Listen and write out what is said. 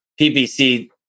PPC